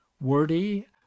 wordy